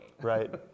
Right